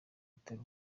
gutera